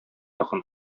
якын